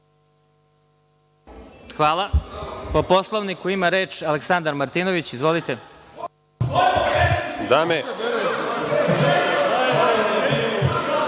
Hvala. Po Poslovniku ima reč Aleksandar Martinović. Izvolite.(Radoslav